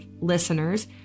listeners